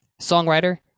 songwriter